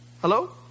hello